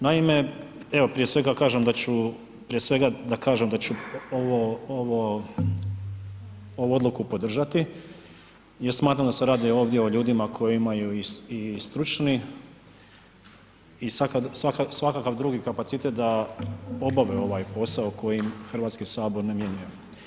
Naime, evo prije svega kažem da ću, prije svega da kažem da ću ovo, ovu odluku podržati jer smatram da se radi ovdje o ljudima koji imaju i stručni i svakakav drugi kapacitet da obave ovaj posao koji im Hrvatski sabor namjenjuje.